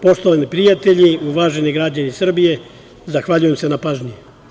Poštovani prijatelji, uvaženi građani Srbije, zahvaljujem se na pažnji.